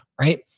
right